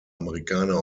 amerikaner